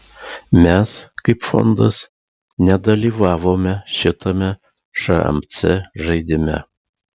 mes kaip fondas nedalyvavome šitame šmc žaidime